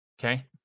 Okay